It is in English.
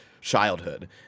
childhood